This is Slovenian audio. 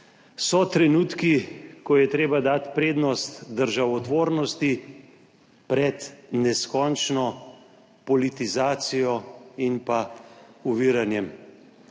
So trenutki, ko je treba dati prednost državotvornosti pred neskončno politizacijo in oviranjem.